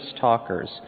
talkers